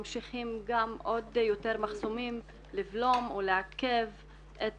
ממשיכים גם עוד יותר מחסומים לבלום או לעכב את